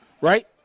Right